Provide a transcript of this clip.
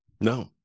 No